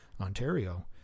Ontario